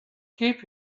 keep